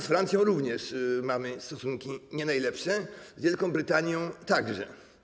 Z Francją również mamy stosunki nie najlepsze, z Wielką Brytanią także.